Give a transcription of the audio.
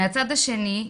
מהצד השני,